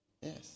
Yes